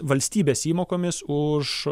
valstybės įmokomis už